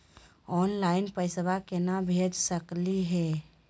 Online पैसवा केना भेज सकली हे?